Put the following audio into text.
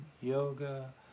yoga